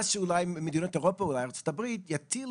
מס שאולי מדינות אירופה ואולי ארצות הברית יטילו